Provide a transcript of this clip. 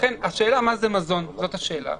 השאלה מה זה מזון, זאת השאלה.